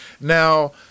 Now